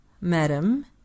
Madam